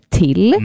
till